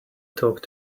talk